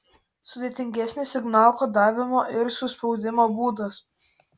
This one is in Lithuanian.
sudėtingesnis signalų kodavimo ir suspaudimo būdas